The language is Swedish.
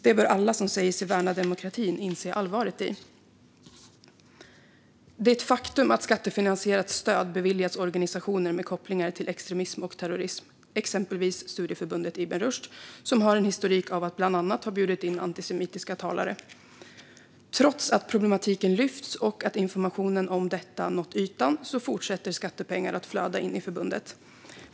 Det bör alla som säger sig värna demokratin inse allvaret i. Det är ett faktum att skattefinansierat stöd beviljats organisationer med kopplingar till extremism och terrorism. Ett exempel är studieförbundet Ibn Rushd, som har en historik av att bland annat ha bjudit in antisemitiska talare. Trots att problematiken lyfts och att information om detta har nått ytan fortsätter skattepengar att flöda in i förbundet.